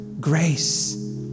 grace